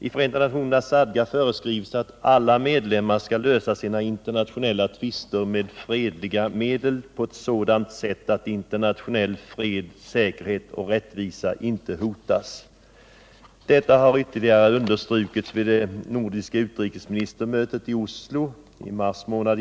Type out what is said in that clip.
I Förenta nationernas stadga föreskrivs att alla medlemmar skall lösa sina internationella tvister med fredliga medel och på ett sådant sätt att internationell fred, säkerhet och rättvisa inte hotas. Detta underströks ytterligare vid det nordiska utrikesministermötet i Oslo i denna månad.